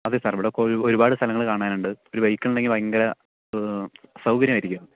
അതെ സർ ഇവിടെ ഒരുപാട് സ്ഥലങ്ങൾ കാണാനുണ്ട് ഒരു ബൈക്ക് ഉണ്ടെങ്കിൽ ഭയങ്കര സൗകര്യം ആയിരിക്കും